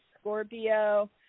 Scorpio